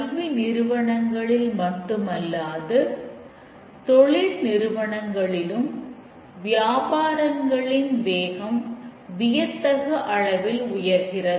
கல்வி நிறுவனங்களில் மட்டுமல்லாது தொழில் நிறுவனங்களிலும் வியாபாரங்களின் வேகம் வியத்தகு அளவில் உயர்கிறது